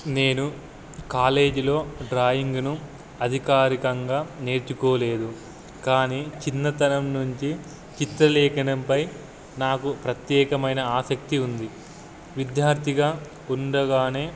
నేను కాలేజీలో డ్రాయింగును అధికారికంగా నేర్చుకోలేదు కానీ చిన్నతనం నుంచి చిత్రలేఖనంపై నాకు ప్రత్యేకమైన ఆసక్తి ఉంది విద్యార్థిగా ఉండగానే